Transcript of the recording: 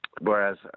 Whereas